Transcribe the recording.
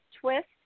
twist